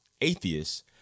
atheists